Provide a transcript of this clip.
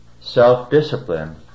self-discipline